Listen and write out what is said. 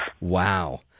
Wow